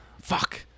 Fuck